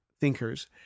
thinkers